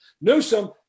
Newsom